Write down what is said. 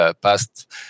past